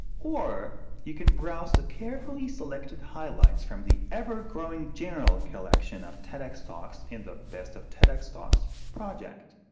or you can browse the carefully selected highlights from the ever-growing general collection of tedxtalks, in the best of tedxtalks project.